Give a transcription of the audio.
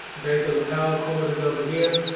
okay so the power cord is over here